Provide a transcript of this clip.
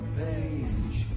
page